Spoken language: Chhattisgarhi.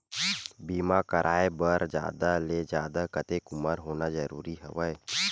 बीमा कराय बर जादा ले जादा कतेक उमर होना जरूरी हवय?